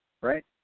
right